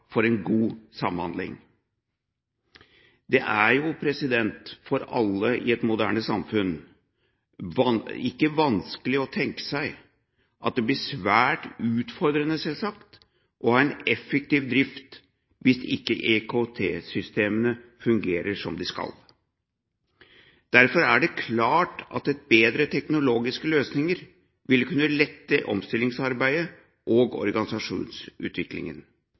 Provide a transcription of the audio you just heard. for en god samhandling. I et moderne samfunn er det ikke vanskelig å tenke seg at det selvsagt blir svært utfordrende å ha en effektiv drift hvis ikke IKT-systemene fungerer som de skal. Derfor er det klart at bedre teknologiske løsninger vil kunne lette omstillingsarbeidet og organisasjonsutviklingen.